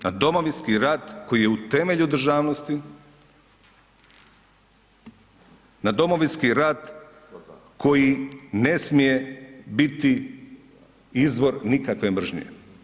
Na Domovinski rat koji je u temelju državnosti, na Domovinski rat koji ne smije biti izvor nikakve mržnje.